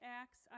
acts